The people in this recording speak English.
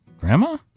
Grandma